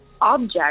object